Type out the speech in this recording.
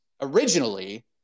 originally